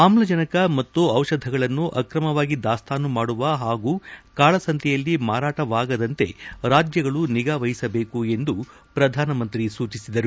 ಆಮ್ಲಜನಕ ಮತ್ತು ಔಷಧಗಳನ್ನು ಆಕ್ರಮವಾಗಿ ದಾಸ್ತಾನು ಮಾದುವ ಹಾಗೂ ಕಾಳಸಂತೆಯಲ್ಲಿ ಮಾರಾಟವಾಗದಂತೆ ರಾಜ್ಯಗಳು ನಿಗಾವಹಿಸಬೇಕು ಎಂದು ಪ್ರಧಾನಮಂತ್ರಿ ಸೂಚಿಸಿದರು